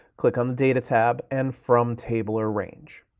click on the data tab and from table or range.